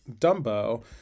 Dumbo